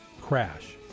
crash